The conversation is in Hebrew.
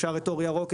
אפשר את אור ירוק,